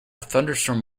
thunderstorm